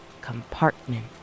compartment